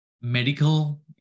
medical